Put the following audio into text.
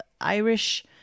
Irish